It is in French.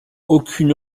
aucune